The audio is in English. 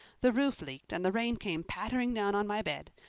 the roof leaked and the rain came pattering down on my bed.